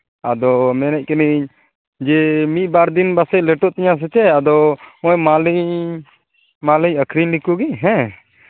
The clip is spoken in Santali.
ᱟᱫᱚ ᱢᱮᱱᱮᱫ ᱠᱟᱹᱱᱟᱹᱧ ᱡᱮ ᱢᱤᱫ ᱵᱟᱨ ᱫᱤᱱ ᱯᱟᱥᱮᱡ ᱞᱮᱴᱚᱜ ᱛᱤᱧᱟᱹ ᱥᱮ ᱪᱮᱫ ᱟᱫᱚ ᱦᱳᱭ ᱢᱟᱞᱤᱧ ᱢᱟᱞᱤᱧ ᱟᱹᱠᱷᱨᱤᱧ ᱞᱮᱠᱚ ᱜᱮ ᱦᱮᱸ